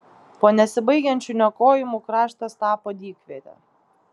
po nesibaigiančių niokojimų kraštas tapo dykviete